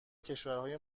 کشورهای